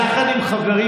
זה צעד אמיץ.